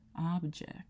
object